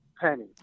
penny